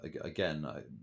again